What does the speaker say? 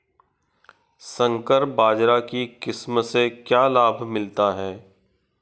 संकर बाजरा की किस्म से क्या लाभ मिलता है?